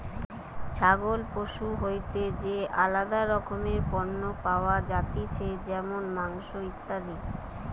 ছাগল পশু হইতে যে আলাদা রকমের পণ্য পাওয়া যাতিছে যেমন মাংস, ইত্যাদি